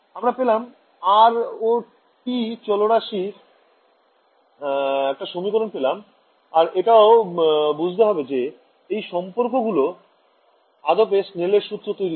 আমরা পেলাম R ও T চলরাশির একটা সমীকরণ পেলাম আর এটাও বুঝতে হবে যে এই সম্পর্ক গুলো আদপে স্নেলের সূত্র তৈরি করে